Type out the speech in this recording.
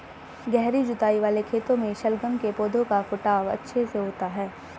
गहरी जुताई वाले खेतों में शलगम के पौधे का फुटाव अच्छे से होता है